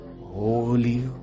Holy